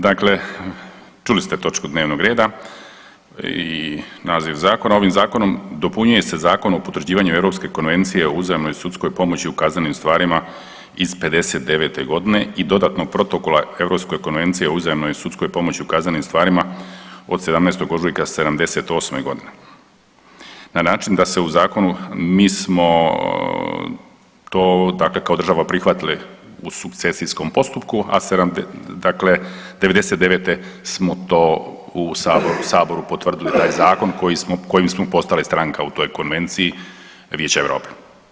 Dakle, čuli ste točku dnevnog reda i naziv zakona, ovim zakonom dopunjuje se Zakon o potvrđivanju Europske konvencije o uzajamnoj sudskoj pomoći u kaznenim stvarima od 20. travnja 1959.g. i dodatnog protokola Europskoj konvenciji o uzajamnoj sudskoj pomoći u kaznenim stvarima od 17. ožujka 1978.g. na način da se u zakonu mi smo to dakle kao država prihvatili u sukcesijskom postupku, a '99. smo u Saboru potvrdili taj zakon kojim smo postali stranka u toj Konvenciji Vijeća Europe.